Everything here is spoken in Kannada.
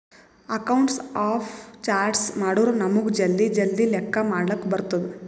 ಅಕೌಂಟ್ಸ್ ಆಫ್ ಚಾರ್ಟ್ಸ್ ಮಾಡುರ್ ನಮುಗ್ ಜಲ್ದಿ ಜಲ್ದಿ ಲೆಕ್ಕಾ ಮಾಡ್ಲಕ್ ಬರ್ತುದ್